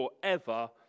forever